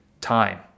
time